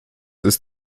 ist